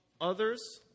others